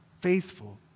faithful